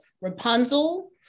rapunzel